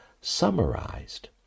summarized